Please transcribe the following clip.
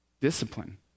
Discipline